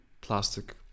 plastic